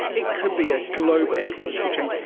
it could be a global ecological change,